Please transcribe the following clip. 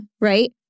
Right